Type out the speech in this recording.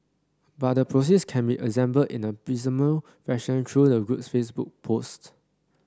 but the process can be assembled in a piecemeal fashion through the group's Facebook posts